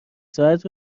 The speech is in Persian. ساعت